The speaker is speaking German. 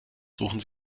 suchen